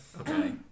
Okay